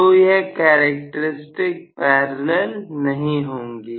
तो यह characteristics parallel नहीं होंगे